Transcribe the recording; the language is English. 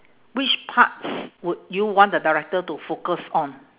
which parts would you want the director to focus on